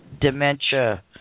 dementia